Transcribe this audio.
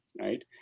right